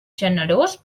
generós